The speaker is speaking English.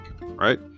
right